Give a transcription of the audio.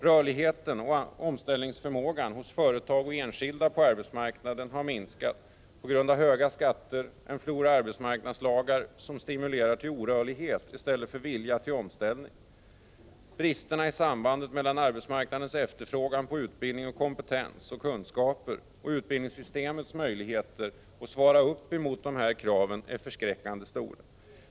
Rörlighet och omställningsförmåga hos företag och enskilda på arbetsmarknaden har minskat på grund av höga skatter och en flora av arbetsmarknadslagar som stimulerar till orörlighet i stället för vilja till omställning. Bristerna i sambandet mellan arbetsmarknadens efterfrågan på utbildning, kompetens och kunskaper och utbildningssystemets möjligheter att svara upp emot dessa krav är förskräckande stora.